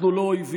אנחנו לא אויבים.